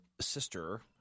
sister